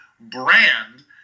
brand